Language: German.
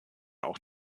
auch